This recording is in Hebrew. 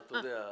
אתה יודע.